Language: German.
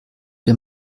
dem